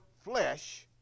flesh